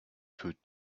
food